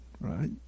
Right